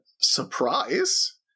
surprise